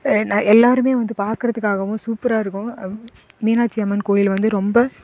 எல்லாரும் வந்து பார்க்குறத்துக்காகவும் சூப்பராக இருக்கும் மீனாட்சி அம்மன் கோவில் வந்து ரொம்ப